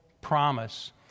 promise